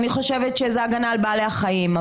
אבל אני חושבת שזו הגנה על בעלי חיים.